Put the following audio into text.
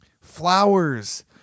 Flowers